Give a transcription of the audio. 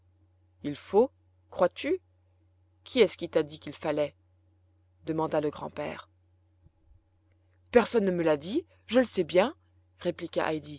il faut crois-tu qui est-ce qui t'a dit qu'il fallait demanda le grand-père personne ne me l'a dit je le sais bien répliqua